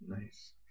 Nice